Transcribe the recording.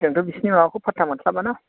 जोंथ' बिसिनि माबाखौ फात्ता मोनस्लाबा ना